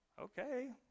Okay